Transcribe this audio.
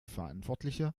verantwortliche